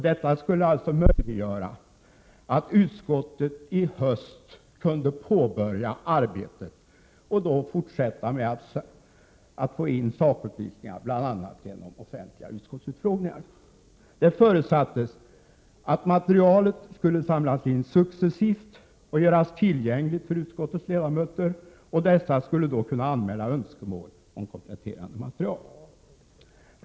Detta skulle alltså möjliggöra att utskottet i höst kunde påbörja arbetet och då fortsätta med att få in sakupplysningar, bl.a. genom offentliga utskottsutfrågningar. Det förutsattes att materialet skulle samlas in successivt och göras tillgängligt för utskottets ledamöter. Dessa skulle då kunna anmäla önskemål om kompletterande material.